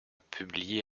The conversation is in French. publiée